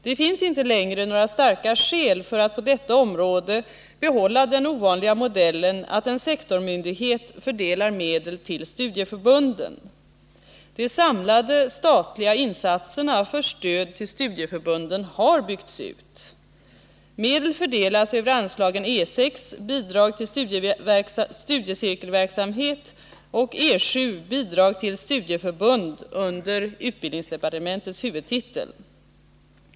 Det finns inte längre några starka skäl för att på detta område behålla den ovanliga modellen att en sektormyndighet fördelar medel till studieförbunden. De samlade statliga insatserna för stöd till studieförbunden har byggts ut. Medel fördelas över anslagen E 6. Bidrag till studiecirkelverksamhet och E7. Bidrag till studieförbund under utbildningsdepartementets huvudtitel.